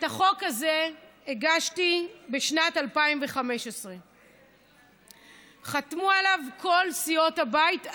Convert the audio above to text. את החוק הזה הגשתי בשנת 2015. חתמו עליו כל סיעות הבית.